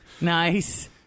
nice